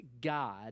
God